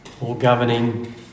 all-governing